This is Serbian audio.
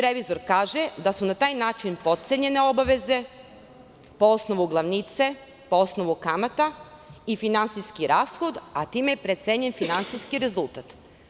Revizor kaže da su na taj način potcenjene obaveze po osnovu glavnice, kamata i finansijski rashod, a time se precenjuje i finansijski rezultat.